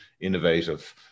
innovative